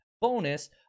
bonus